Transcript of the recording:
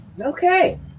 Okay